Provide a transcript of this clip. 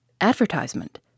Advertisement